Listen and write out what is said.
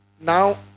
Now